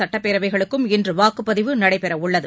சட்டப்பேரவைகளுக்கும் இன்று வாக்குப்பதிவு நடைபெற உள்ளது